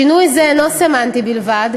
שינוי זה אינו סמנטי בלבד,